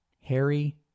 Harry